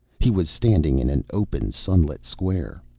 he was standing in an open, sunlit square.